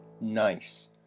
Nice